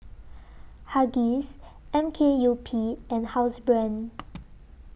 Huggies M K U P and Housebrand